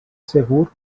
segur